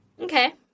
Okay